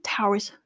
Towers